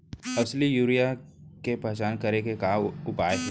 असली यूरिया के पहचान करे के का उपाय हे?